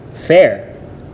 fair